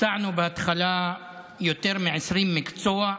הצענו בהתחלה יותר מ-20 מקצועות.